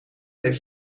heeft